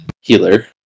healer